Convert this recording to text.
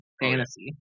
fantasy